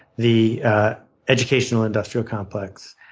the educational industrial complex,